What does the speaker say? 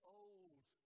old